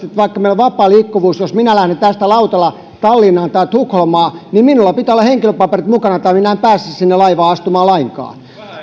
että vaikka meillä on vapaa liikkuvuus niin jos minä lähden tästä lautalla tallinnaan tai tukholmaan niin minulla pitää olla henkilöpaperit mukana tai minä en pääse sinne laivaan astumaan lainkaan